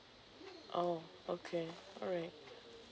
oh okay alright